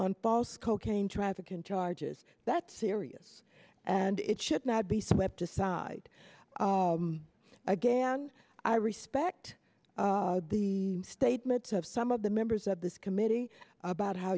on false cocaine trafficking charges that's serious and it should not be swept aside again i respect the statements of some of the members of this committee about how